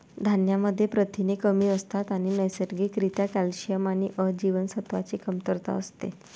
धान्यांमध्ये प्रथिने कमी असतात आणि नैसर्गिक रित्या कॅल्शियम आणि अ जीवनसत्वाची कमतरता असते